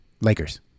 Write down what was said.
Lakers